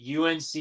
UNC